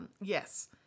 Yes